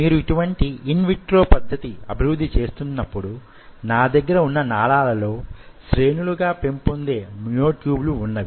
మీరు యిటువంటి in vitro పద్ధతి అభివృద్ధి చేస్తున్నప్పుడు నా దగ్గర ఉన్న నాళాలలో శ్రేణులు గా పెంపొందే మ్యో ట్యూబ్ లు వున్నవి